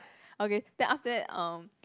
okay then after that um